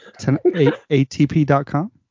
Atp.com